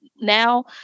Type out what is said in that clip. now